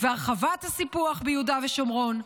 והרחבת הסיפוח ביהודה ושומרון,